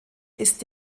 ist